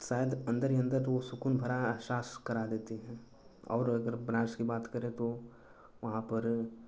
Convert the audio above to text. शायद अन्दर ही अन्दर वह सुक़ून भरा एहसास करा देती है और अगर बनारस की बात करें तो वहाँ पर